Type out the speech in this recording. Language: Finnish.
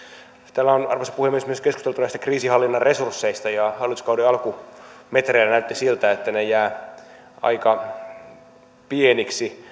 täällä on arvoisa puhemies myös keskusteltu näistä kriisihallinnan resursseista ja hallituskauden alkumetreillä näytti siltä että ne jäävät aika pieniksi